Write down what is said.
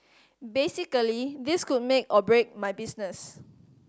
basically this could make or break my business